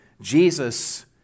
Jesus